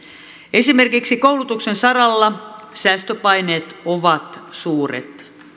esimerkiksi koulutuksen saralla säästöpaineet ovat suuret